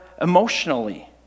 emotionally